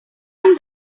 out